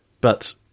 But-